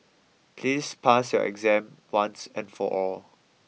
please pass your exam once and for all